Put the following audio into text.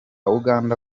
uganda